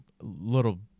little